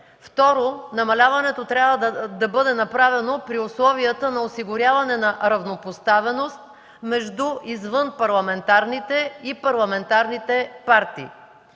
Второ, намаляването трябва да бъде направено при условията на осигуряване на равнопоставеност между извънпарламентарните и парламентарните партии.